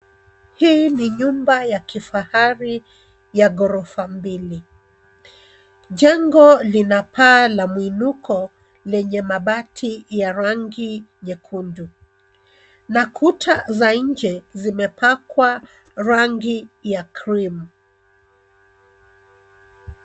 Hii ni nyumba ya kifahari ya ghorofa mbili. Jengo lina paa la mwinuko lenye mabati ya rangi nyekundu. Na kuta za nje zimepakwa rangi ya krimu.